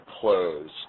close